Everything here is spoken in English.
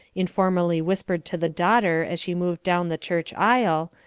informally whispered to the daughter as she moved down the church aisle,